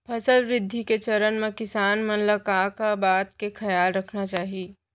फसल वृद्धि के चरण म किसान मन ला का का बात के खयाल रखना चाही?